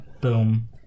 Boom